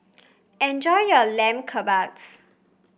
enjoy your Lamb Kebabs